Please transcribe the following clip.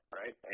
right